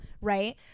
right